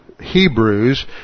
Hebrews